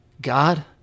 God